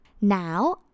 Now